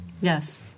Yes